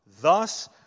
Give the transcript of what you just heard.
Thus